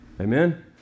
Amen